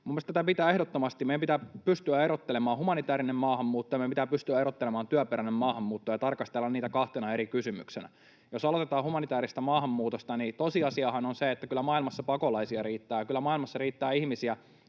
Mielestäni meidän pitää ehdottomasti pystyä erottelemaan humanitäärinen maahanmuutto ja meidän pitää pystyä erottelemaan työperäinen maahanmuutto ja tarkastella niitä kahtena eri kysymyksenä. Jos aloitetaan humanitäärisestä maahanmuutosta, niin tosiasiahan on se, että kyllä maailmassa pakolaisia riittää ja kyllä maailmassa riittää ihmisiä,